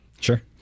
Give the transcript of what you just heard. Sure